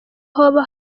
hoba